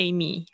Amy